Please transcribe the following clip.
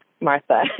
Martha